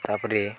ତାପରେ